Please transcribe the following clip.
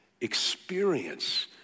Experience